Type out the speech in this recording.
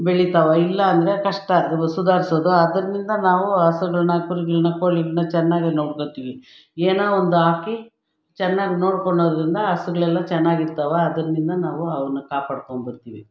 ಬೆಳಿತಾವ ಇಲ್ಲಾ ಅಂದರೆ ಕಷ್ಟ ಅದು ಸುಧಾರ್ಸೋದು ಅದ್ರಿಂದ ನಾವು ಹಸುಗಳ್ನ ಕುರಿಗಳನ್ನ ಕೋಳಿಗಳನ್ನ ಚೆನ್ನಾಗಿ ನೋಡ್ಕೊತೀವಿ ಏನಾ ಒಂದು ಹಾಕಿ ಚೆನ್ನಾಗ್ ನೋಡ್ಕೊಳೋದ್ರಿಂದ ಹಸುಗ್ಳೆಲ್ಲ ಚೆನ್ನಾಗಿರ್ತವ ಅದ್ರಿಂದ ನಾವು ಅವಿನ್ನ ಕಾಪಾಡ್ಕೊಂಬರ್ತಿವಿ